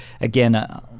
again